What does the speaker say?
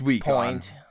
point